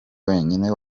wenyine